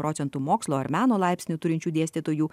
procentų mokslo ar meno laipsnį turinčių dėstytojų